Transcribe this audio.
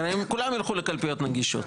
הרי הם כולם ילכו לקלפיות נגישות.